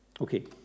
Okay